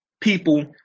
people